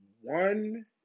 one